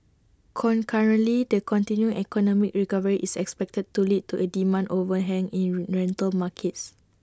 concurrently the continuing economic recovery is expected to lead to A demand overhang in rental markets